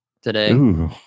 today